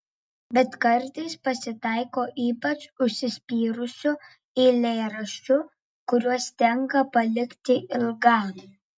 bet kartais pasitaiko ypač užsispyrusių eilėraščių kuriuos tenka palikti ilgam